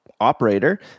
operator